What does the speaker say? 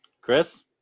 Chris